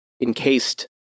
encased